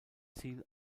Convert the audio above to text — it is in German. ziel